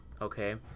okay